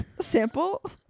sample